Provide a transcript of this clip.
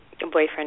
boyfriend